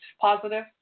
positive